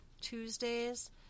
Tuesdays